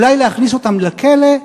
אולי להכניס אותם לכלא,